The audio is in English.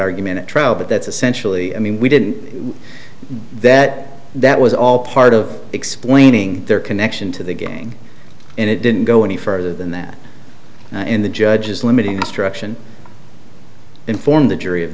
argument at trial but that's essentially i mean we didn't that that was all part of explaining their connection to the gang and it didn't go any further than that in the judge's limiting instruction inform the jury of